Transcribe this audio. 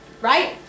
Right